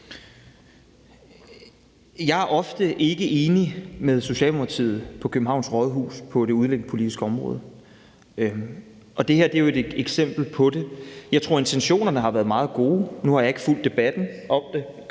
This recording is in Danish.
Jeg er ofte ikke enig med Socialdemokratiet på Københavns Rådhus på det udlændingepolitiske område, og det her er jo et eksempel på det. Jeg tror, intentionerne har været meget gode. Nu har jeg ikke fulgt debatten om det